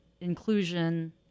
inclusion